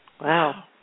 Wow